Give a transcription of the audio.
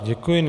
Děkuji.